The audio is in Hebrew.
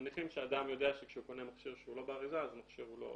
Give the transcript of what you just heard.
מניחים שאדם יודע שכשהוא קונה מכשיר שהוא לא באריזה המקורית,